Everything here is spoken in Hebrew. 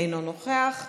אינו נוכח,